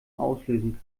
auslösen